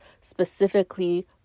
specifically